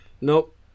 Nope